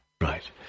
Right